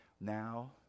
now